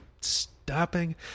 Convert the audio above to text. stopping